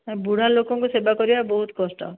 ହଁ ବୁଢ଼ାଲୋକଙ୍କ ସେବା କରିବା ବହୁତ କଷ୍ଟ